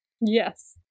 Yes